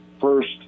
first